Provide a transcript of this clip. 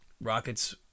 Rockets